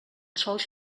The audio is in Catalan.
sols